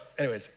anyways,